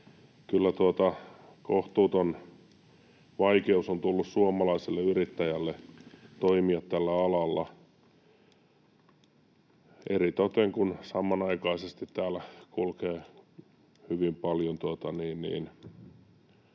kohtuuton vaikeus on tullut suomalaiselle yrittäjälle toimia tällä alalla — eritoten, kun samanaikaisesti täällä meidän